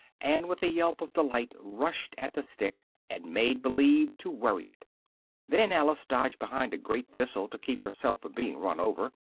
and with a yelp of delight rushed at the stick, and made believe to worry it then alice dodged behind a great thistle to keep herself from being run over,